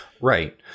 Right